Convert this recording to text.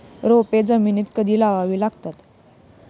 रोपे जमिनीत कधी लावावी लागतात?